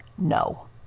No